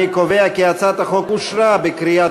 אני קובע כי הצעת החוק אושרה בקריאה